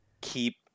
keep